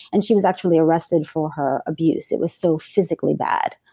and she was actually arrested for her abuse. it was so physically bad.